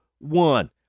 One